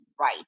right